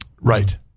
right